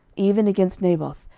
even against naboth,